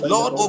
Lord